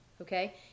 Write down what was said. okay